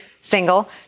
single